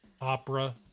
Opera